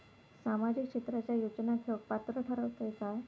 सामाजिक क्षेत्राच्या योजना घेवुक पात्र ठरतव काय?